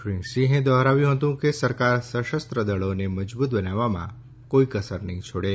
શ્રી સિંહે દોહરાવ્યું હતું કે સરકાર સશસ્ત્ર દળોને મજબૂત બનાવવામાં કોઈ કસર નહીં છોડે